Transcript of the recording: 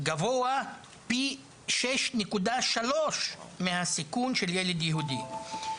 גבוה פי 6.3 מהסיכון של ילד יהודי.